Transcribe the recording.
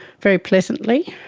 very pleasantly,